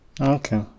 Okay